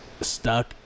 stuck